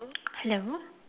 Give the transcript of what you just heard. hello